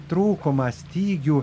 trūkumą stygių